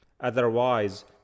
Otherwise